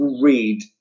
read